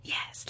Yes